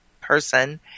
person